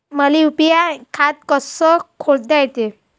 मले यू.पी.आय खातं कस खोलता येते?